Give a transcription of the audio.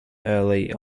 early